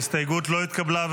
ההסתייגות לא התקבלה.